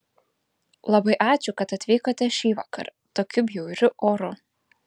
labai ačiū kad atvykote šįvakar tokiu bjauriu oru